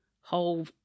whole